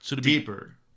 deeper